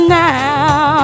now